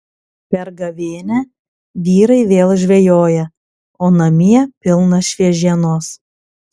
per gavėnią vyrai vėl žvejoja o namie pilna šviežienos